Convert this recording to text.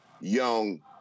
young